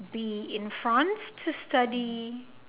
be in France to study